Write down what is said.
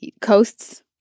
coasts